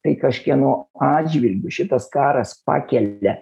tai kažkieno atžvilgiu šitas karas pakelia